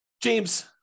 James